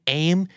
aim